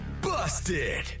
busted